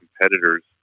competitors